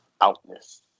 outness